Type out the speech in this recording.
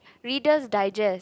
Reader's Digest